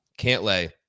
Cantlay